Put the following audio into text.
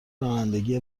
رانندگی